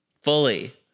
Fully